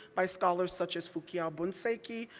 by scholars such as fu-kiau bunseki,